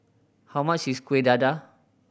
how much is Kueh Dadar